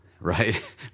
right